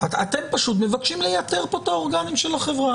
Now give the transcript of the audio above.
אתם פשוט מבקשים לייתר כאן את האורגנים של החברה.